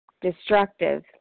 destructive